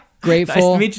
grateful